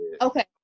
Okay